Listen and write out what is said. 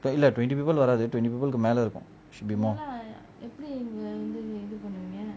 twenty people வராது:varadhu twenty people மேல இருக்கும்:mela irukkum should be more